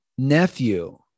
nephew